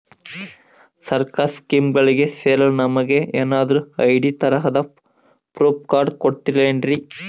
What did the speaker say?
ಸರ್ಕಾರದ ಸ್ಕೀಮ್ಗಳಿಗೆ ಸೇರಲು ನಮಗೆ ಏನಾದ್ರು ಐ.ಡಿ ತರಹದ ಪ್ರೂಫ್ ಕಾರ್ಡ್ ಕೊಡುತ್ತಾರೆನ್ರಿ?